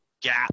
gap